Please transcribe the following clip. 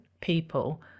people